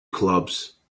clubs